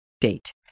date